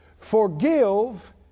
Forgive